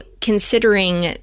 considering